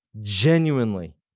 Genuinely